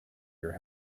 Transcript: your